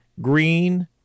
green